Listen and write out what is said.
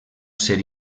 ser